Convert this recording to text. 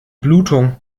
blutung